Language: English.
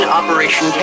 operation